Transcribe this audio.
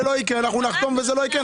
אנחנו נחתום וזה לא יקרה.